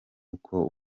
uko